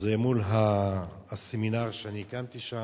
זה מול הסמינר שאני הקמתי שם.